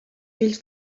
fills